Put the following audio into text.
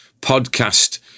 podcast